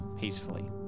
peacefully